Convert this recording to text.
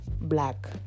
black